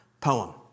poem